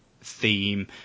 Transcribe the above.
theme